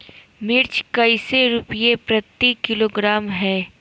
मिर्च कैसे रुपए प्रति किलोग्राम है?